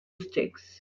sticks